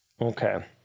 Okay